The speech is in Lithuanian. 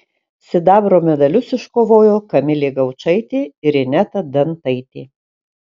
sidabro medalius iškovojo kamilė gaučaitė ir ineta dantaitė